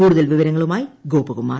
കൂടുതൽ വിവരങ്ങളുമായി ഗോപകുമാർ